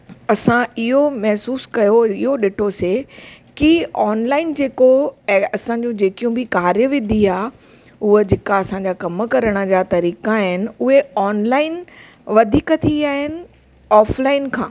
असां इहो महिसूसु कयो इहो ॾिठोसीं कि ऑनलाइन जेको असांजो जेकियूं बि कार्य विधि आहे उहा जेका असांजा कमु करण जा तरीक़ा आहिनि उहे ऑनलाइन वधीक थी विया आहिनि ऑफलाइन खां